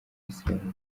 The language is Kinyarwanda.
isirayeli